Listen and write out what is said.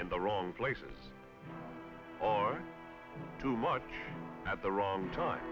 in the wrong places too much at the wrong time